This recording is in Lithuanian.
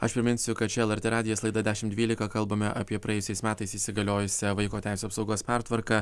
aš priminsiu kad čia lrt radijas laida dešimt dvylika kalbame apie praėjusiais metais įsigaliojusią vaiko teisių apsaugos pertvarką